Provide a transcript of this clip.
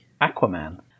Aquaman